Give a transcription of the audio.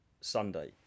Sunday